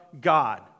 God